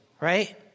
right